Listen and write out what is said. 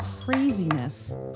craziness